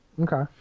Okay